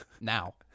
now